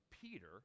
Peter